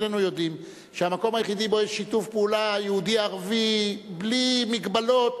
שנינו יודעים שהמקום היחיד שבו יש שיתוף פעולה יהודי-ערבי בלי הגבלות,